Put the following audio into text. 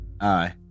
Aye